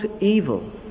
evil